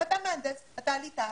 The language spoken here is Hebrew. אתה מהנדס, אתה עלית ארצה,